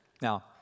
Now